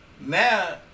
Now